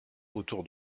autour